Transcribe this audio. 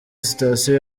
sitasiyo